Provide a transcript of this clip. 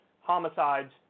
homicides